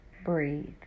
breathe